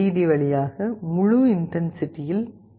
D வழியாக முழு இன்டன்சிடியில் ஒளிர வேண்டும்